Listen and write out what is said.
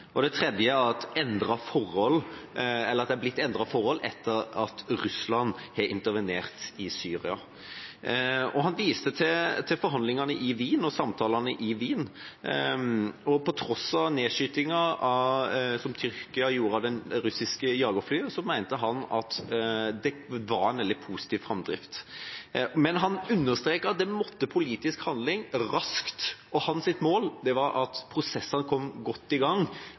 og det tredje er at det er blitt endrede forhold etter at Russland har intervenert i Syria. Han viste til forhandlingene i Wien og samtalene der, og på tross av nedskytingen som Tyrkia gjorde av det russiske jagerflyet, mente han at det var en veldig positiv framdrift. Men han understreket at det måtte politisk handling til, raskt, og hans mål var at prosessene kom godt i gang